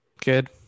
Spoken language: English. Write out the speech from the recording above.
Good